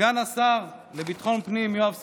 סגן השר לביטחון פנים יואב סגלוביץ',